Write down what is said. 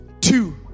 two